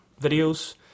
videos